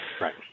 right